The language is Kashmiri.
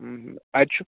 اَتہِ چھُ